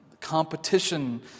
Competition